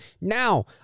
Now